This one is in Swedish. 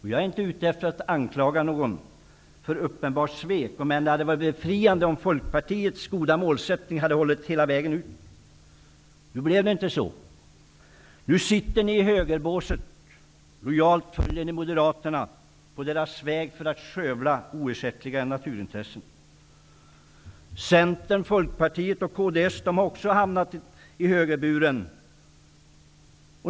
Jag är inte ute efter att anklaga någon för uppenbart svek. Men det hade varit befriande om Folkpartiets goda målsättning hade hållit hela vägen ut. Nu blev det inte så. Nu sitter ni i högerbåset. Lojalt följer ni Moderaterna på deras väg för att skövla oersättliga naturintressen. Centern, Folkpartiet och kds har också hamnat i högerburen.